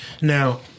Now